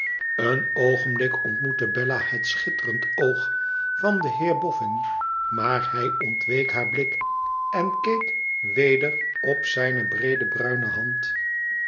een oogenblik ontmoette bella het schitterend oog van den heer boffin maar hij ontweek haar blik en keek weder op zijne breede bruine hand